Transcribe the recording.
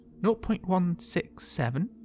0.167